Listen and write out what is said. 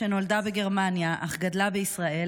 שנולדה בגרמניה אך גדלה בישראל,